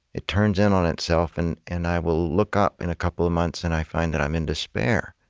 it turns in on itself, and and i will look up in a couple of months, and i find that i'm in despair.